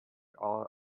all